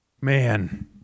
Man